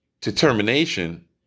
Determination